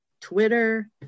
twitter